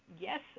yes